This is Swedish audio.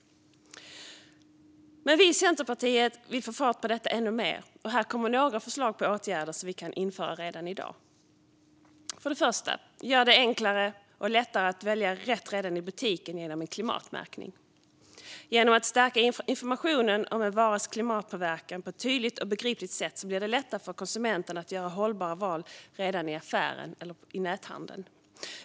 Men vi i Centerpartiet vill få fart på detta ännu mer, och här kommer några förslag på åtgärder som vi kan införa redan i dag. Det första är att göra det lättare att välja rätt redan i butiken genom en klimatmärkning. Genom att stärka informationen om en varas klimatpåverkan på ett tydligt och begripligt sätt blir det lättare för konsumenten att göra hållbara val redan i affären eller i näthandeln.